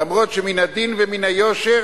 אף שמן הדין ומן היושר,